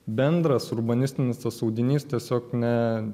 bendras urbanistinis tas audinys tiesiog ne